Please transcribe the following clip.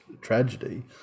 tragedy